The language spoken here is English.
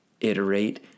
iterate